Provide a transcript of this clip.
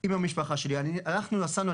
עם המשפחה שלי הלכנו ונסענו.